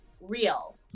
real